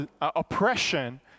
oppression